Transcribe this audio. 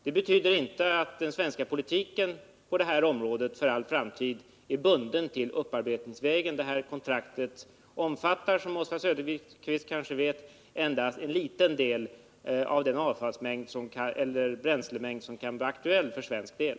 Det betyder inte att den svenska politiken på det här området för all framtid är bunden till upparbetningsvägen. Det här kontraktet omfattar, som Oswald Söderqvist kanske vet, endast en liten del av den bränslemängd som kan bli aktuell för svensk del.